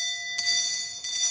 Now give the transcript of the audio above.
Tak